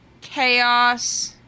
Chaos